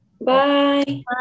Bye